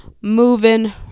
moving